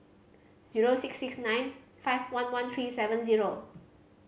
zero six six nine five one one three seven zero